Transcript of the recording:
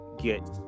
get